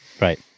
Right